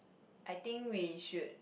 I think we should